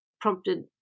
prompted